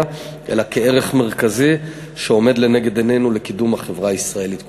אלא כערך מרכזי שעומד לנגד עינינו לקידום החברה הישראלית כולה.